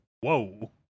whoa